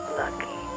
lucky